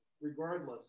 regardless